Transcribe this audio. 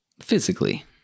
physically